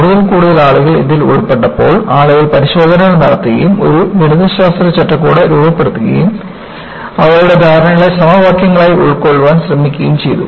കൂടുതൽ കൂടുതൽ ആളുകൾ ഇതിൽ ഉൾപ്പെട്ടപ്പോൾ ആളുകൾ പരിശോധനകൾ നടത്തുകയും ഒരു ഗണിതശാസ്ത്ര ചട്ടക്കൂട് രൂപപ്പെടുത്തുകയും അവരുടെ ധാരണകളെ സമവാക്യങ്ങളായി ഉൾക്കൊള്ളാൻ ശ്രമിക്കുകയും ചെയ്തു